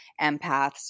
empaths